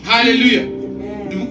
Hallelujah